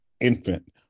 infant